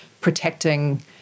protecting